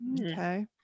okay